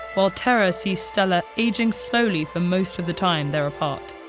while terra sees stella aging slowly for most of the time they're apart.